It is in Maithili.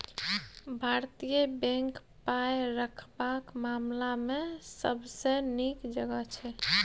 भारतीय बैंक पाय रखबाक मामला मे सबसँ नीक जगह छै